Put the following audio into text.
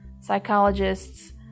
psychologists